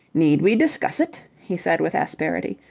need we discuss it? he said with asperity.